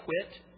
quit